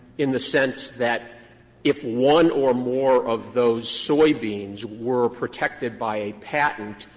in the sense that if one or more of those soybeans were protected by a patent,